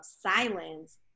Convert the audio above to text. silence